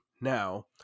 now